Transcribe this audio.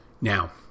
now